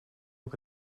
ook